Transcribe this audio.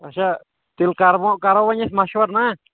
اچھا تیٚلہِ کَرو وۄنۍ کرو وۄنۍ ییٚتھۍ مَشوَرٕ نا